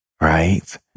right